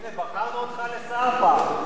הנה, בחרנו אותך לשר כאן.